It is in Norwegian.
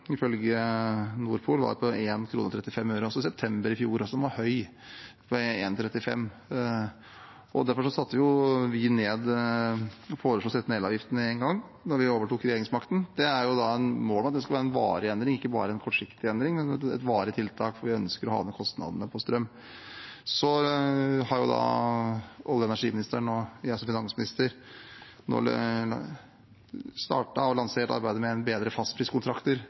35 øre i september i fjor. Den var altså høy. Derfor foreslo vi å sette ned elavgiften med en gang da vi overtok regjeringsmakten. Målet er at det skal være en varig endring – ikke bare en kortsiktig endring, men et varig tiltak fordi vi ønsker å få ned kostnadene på strøm. Olje- og energiministeren og jeg som finansminister har startet og lansert arbeidet med bedre fastpriskontrakter på strøm og en endring av grunnrentebeskatningen for å kunne gjøre det enklere å inngå bedre fastpriskontrakter.